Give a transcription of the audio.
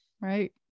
Right